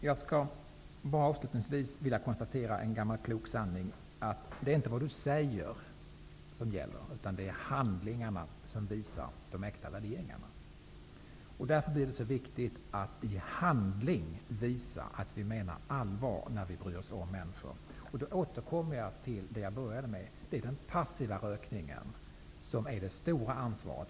Herr talman! Jag vill bara konstatera en gammal klok sanning, att det inte är vad man säger som gäller, utan det är handlingarna som visar de äkta värderingarna. Därför blir det så viktigt att vi i handling visar att vi menar allvar när vi säger att vi bryr oss om människor. Därmed återkommer jag till det som jag började med. Vi har ett stort ansvar när det gäller den passiva rökningen.